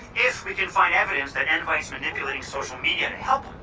if we can find evidence and and like so manipulating social media to help